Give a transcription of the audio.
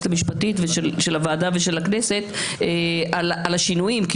המשפטית של הוועדה ושל הכנסת על השינויים לנוסח הנוכחי,